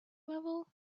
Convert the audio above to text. level